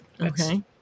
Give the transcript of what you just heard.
Okay